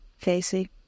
Casey